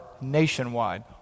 nationwide